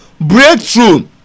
breakthrough